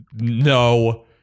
no